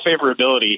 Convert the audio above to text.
favorability